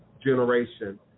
generation